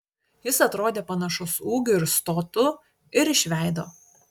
jis atrodė panašus ūgiu ir stotu ir iš veido